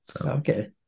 Okay